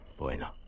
Bueno